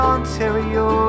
Ontario